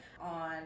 on